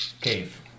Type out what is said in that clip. Cave